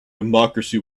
democracy